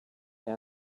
down